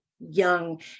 young